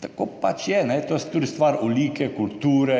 tako pač je. To je tudi stvar olike, kulture,